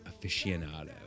aficionado